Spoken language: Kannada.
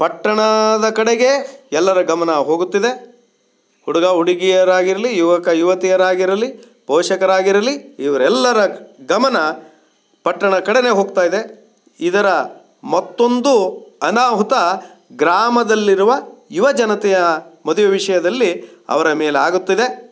ಪಟ್ಟಣದ ಕಡೆಗೆ ಎಲ್ಲರ ಗಮನ ಹೋಗುತ್ತಿದೆ ಹುಡುಗ ಹುಡುಗಿಯರಾಗಿರಲಿ ಯುವಕ ಯುವತಿಯರಾಗಿರಲಿ ಪೋಷಕರಾಗಿರಲಿ ಇವರೆಲ್ಲರ ಗಮನ ಪಟ್ಟಣದ ಕಡೆನೇ ಹೋಗ್ತಾಯಿದೆ ಇದರ ಮತ್ತೊಂದು ಅನಾಹುತ ಗ್ರಾಮದಲ್ಲಿರುವ ಯುವಜನತೆಯ ಮದುವೆ ವಿಷಯದಲ್ಲಿ ಅವರ ಮೇಲಾಗುತ್ತಿದೆ